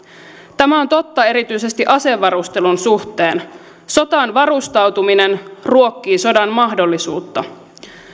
tämä on totta erityisesti asevarustelun suhteen sotaan varustautuminen ruokkii sodan mahdollisuutta